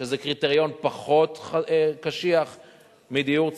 שזה קריטריון פחות קשיח מדיור ציבורי.